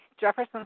Jefferson